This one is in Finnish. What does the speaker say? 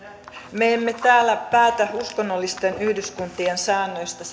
me emme täällä päätä uskonnollisten yhdyskuntien säännöistä